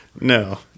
No